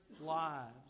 lives